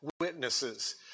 witnesses